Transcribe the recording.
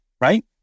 right